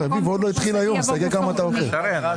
במקום "..." יבוא "...".